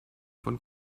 von